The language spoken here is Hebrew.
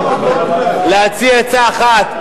להציע עצה אחת,